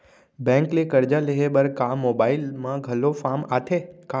Bank ले करजा लेहे बर का मोबाइल म घलो फार्म आथे का?